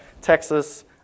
Texas